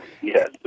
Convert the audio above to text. Yes